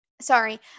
Sorry